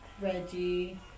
Reggie